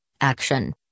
Action